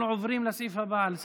אנחנו עוברים לסעיף הבא על סדר-היום,